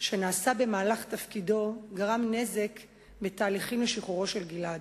במהלך תפקידו גרם נזק בתהליכים לשחרורו של גלעד.